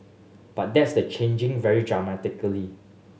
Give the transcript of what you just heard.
but that's the changing very dramatically